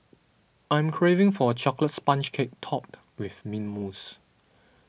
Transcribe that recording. I am craving for a Chocolate Sponge Cake Topped with Mint Mousse